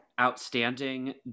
Outstanding